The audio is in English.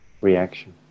reaction